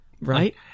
Right